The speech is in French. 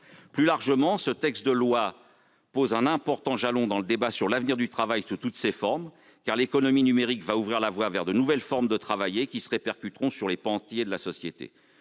Plus largement, ce texte constitue un jalon important dans le débat sur l'avenir du travail sous toutes ses formes. En effet, l'économie numérique va ouvrir la voie à de nouvelles formes de travail qui se répercuteront sur des pans entiers de la société.